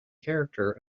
character